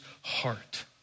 heart